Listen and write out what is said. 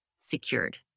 secured